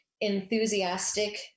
enthusiastic